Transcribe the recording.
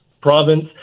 province